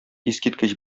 искиткеч